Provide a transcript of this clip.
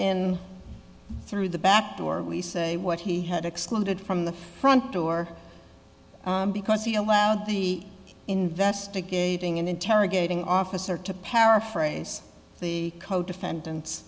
in through the back door we say what he had excluded from the front door because he allowed the investigating and interrogating officer to paraphrase the co defendant